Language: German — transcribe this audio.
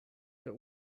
der